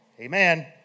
amen